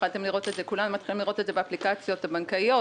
כולם מתחילים לראות את זה באפליקציות הבנקאיות,